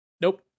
Nope